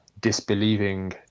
disbelieving